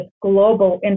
global